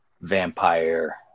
vampire